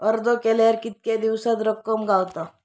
अर्ज केल्यार कीतके दिवसात रक्कम गावता?